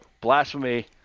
Blasphemy